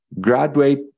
graduate